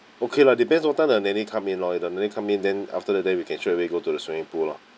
okay lah depends what time the nanny come in lor if the nanny come in then after that then we can straight away go to the swimming pool lor